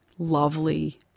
lovely